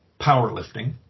powerlifting